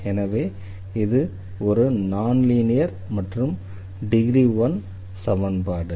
எனவே இது ஒரு நான் லீனியர் மற்றும் டிகிரி 1 சமன்பாடு